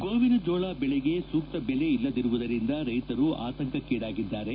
ಗೋವಿನ ಜೋಳ ಬೆಳೆಗೆ ಸೂಕ್ತ ಬೆಲೆ ಇಲ್ಲದಿರುವುದರಿಂದ ರೈತರು ಆತಂಕಕ್ಸೀಡಾಗಿದ್ದಾರೆ